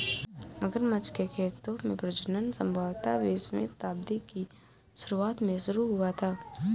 मगरमच्छ के खेतों में प्रजनन संभवतः बीसवीं शताब्दी की शुरुआत में शुरू हुआ था